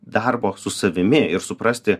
darbo su savimi ir suprasti